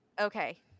Okay